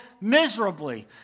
miserably